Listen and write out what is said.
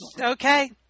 Okay